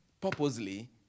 purposely